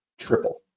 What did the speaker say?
Triple